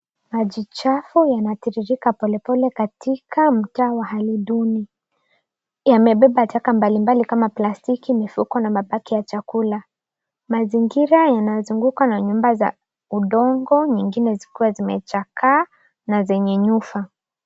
Maji chafu yanatiririka polepole katika mtaa wa hali duni. Yamebeba taka mbali mbali kama plastiki, mifuko, na mabaki ya chakula. Mazingira yanazungukwa na nyumba za udongo, nyingine zikiwa zimechakaa na zenye nyufa.